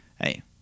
Hey